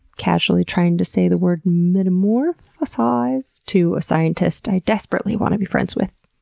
casually trying to say the word metamorphosize to a scientist i desperately want to be friends with.